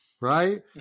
right